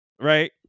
Right